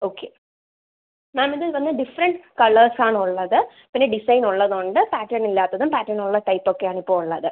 okay ma'am ഇത് വന്ന് different കളേസാണുള്ളത് പിന്നെ ഡിസൈൻ ഉള്ളത് ഉണ്ട് പാറ്റേൺ ഇല്ലാത്തതും പാറ്റേണുള്ള ടൈപ്പ് ഒക്കെയാണ് ഇപ്പം ഉള്ളത്